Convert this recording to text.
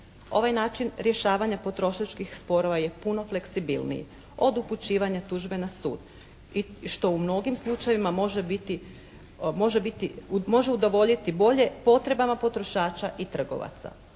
Ovaj način rješavanja potrošačkih sporova je puno fleksibilniji. Od upućivanja tužbe na sud što u mnogim slučajevima može udovoljiti bolje potrebama potrošača i trgovaca.